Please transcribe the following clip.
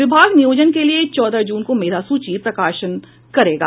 विभाग ने नियोजन के लिए चौदह जून को मेधा सूची का प्रकाशन करेगा